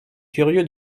curieux